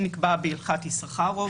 שנקבע בהלכת יששכרוב.